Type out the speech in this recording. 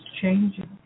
changing